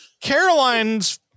Caroline's